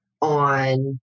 on